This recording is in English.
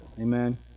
Amen